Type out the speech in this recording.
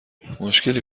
مشکلی